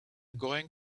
going